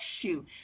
issue